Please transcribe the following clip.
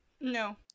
No